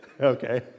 Okay